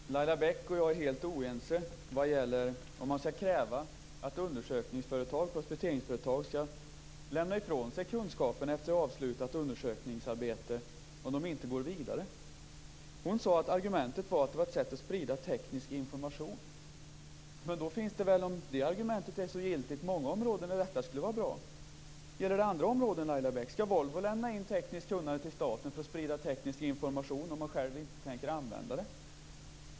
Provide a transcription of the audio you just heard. Fru talman! Laila Bäck och jag är helt oense vad gäller om man skall kräva att undersökningsföretag, prospekteringsföretag, skall lämna ifrån sig kunskapen efter avslutat undersökningsarbete om de inte går vidare. Hon sade att argumentet var att det var ett sätt att sprida teknisk information. Om det argumentet är så giltigt finns det väl många områden där detta skulle vara bra. Gäller det också andra områden? Skall Volvo lämna in tekniskt kunnande till staten för att sprida teknisk information om man själv inte tänker använda den?